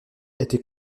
était